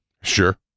Sure